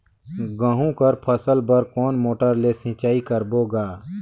गहूं कर फसल बर कोन मोटर ले सिंचाई करबो गा?